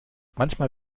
manchmal